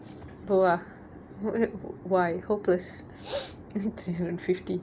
puwa why hopeless இந்த ஒரு:intha oru fifty